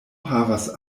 havas